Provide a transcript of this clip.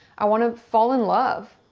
i want to fall in love.